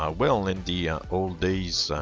ah well. in the old days,